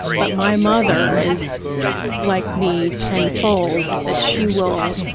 but my mother is like me tenfold that she will,